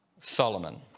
Solomon